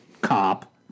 cop